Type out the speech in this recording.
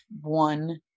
one